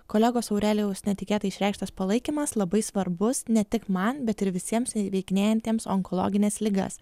kolegos aurelijaus netikėtai išreikštas palaikymas labai svarbus ne tik man bet ir visiems įveikinėjantiems onkologines ligas